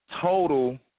total